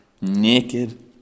naked